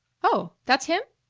oh that's him?